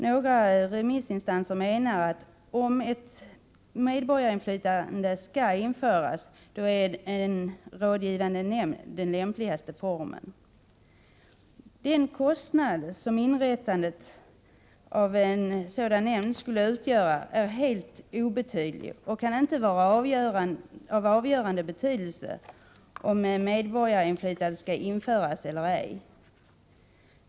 Några remissinstanser menar, att om ett medborgarinflytande skall införas, då är en rådgivande nämnd den lämpligaste formen. Den kostnad som inrättandet av en sådan nämnd skulle utgöra är helt obetydlig och kan inte vara av avgörande betydelse för om medborgarinflytande skall införas eller ej.